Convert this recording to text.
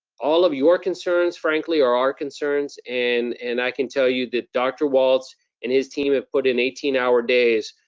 all of your concerns, frankly, are our concerns. and and i can tell you that dr. walts and his team have put in eighteen hour days,